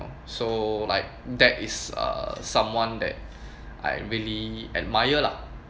so like that is uh someone that I really admire lah